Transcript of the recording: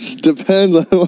Depends